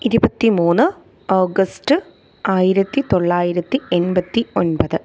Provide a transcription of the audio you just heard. ഇരുപത്തി മൂന്ന് ഓഗസ്റ്റ് ആയിരത്തി തൊള്ളായിരത്തി എൺപത്തി ഒൻപത്